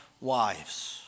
wives